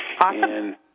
Awesome